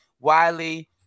Wiley